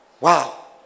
Wow